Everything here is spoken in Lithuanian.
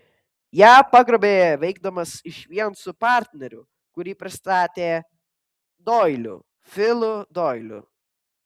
ją pagrobė veikdamas išvien su partneriu kurį pristatė doiliu filu doiliu